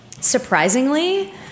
Surprisingly